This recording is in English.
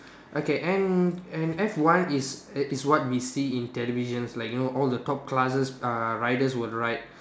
okay and and F one is is what we see in televisions like you know all the top classes uh riders will ride